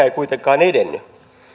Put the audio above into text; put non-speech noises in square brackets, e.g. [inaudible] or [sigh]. [unintelligible] ei kuitenkaan edennyt